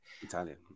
Italian